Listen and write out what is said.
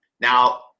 Now